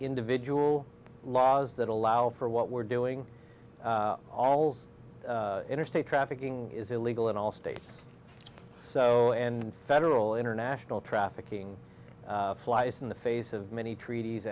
individual laws that allow for what we're doing all interstate trafficking is illegal in all states so and federal international trafficking flies in the face of many treaties